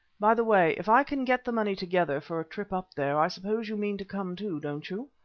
by the way, if i can get the money together for a trip up there, i suppose you mean to come too, don't you?